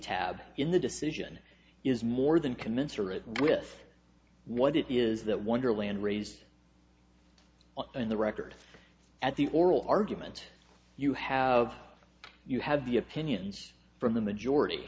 tab in the decision is more than commensurate with what it is that wonderland raised the record at the oral argument you have you have the opinions from the majority